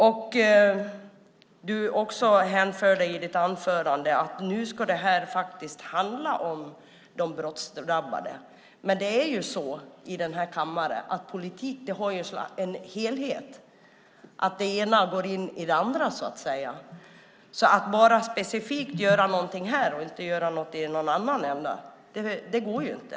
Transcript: Du hänvisade också i ditt anförande till att detta nu faktiskt ska handla om de brottsdrabbade, men politik är ju en helhet och det ena går så att säga in i det andra. Så att bara specifikt göra någonting här och inte göra någonting i någon annan ända går inte.